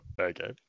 Okay